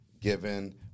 given